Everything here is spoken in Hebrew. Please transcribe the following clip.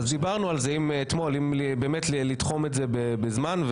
דיברנו על זה אתמול, האם באמת לתחום את זה בזמן.